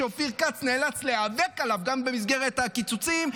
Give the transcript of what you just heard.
שאופיר כץ נאלץ להיאבק עליו גם במסגרת הקיצוצים,